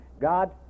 God